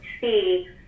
see